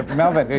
melvin,